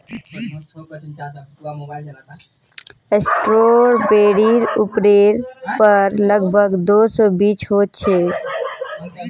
स्ट्रॉबेरीर उपरेर पर लग भग दो सौ बीज ह छे